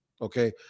Okay